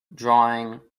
drawing